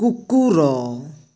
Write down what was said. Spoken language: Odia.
କୁକୁର